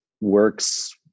works